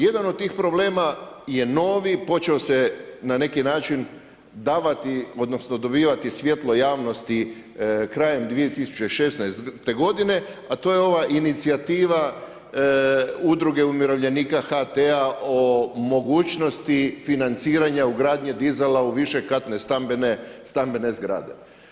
Jedan od tih problema je novi, počeo se na neki način davati, odnosno dobivati svjetlo javnosti krajem 2016. godine, a to je ova inicijativa Udruge umirovljenika HT-a o mogućnosti financiranja ugradnje dizala u višekatne stambene zgrade.